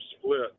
split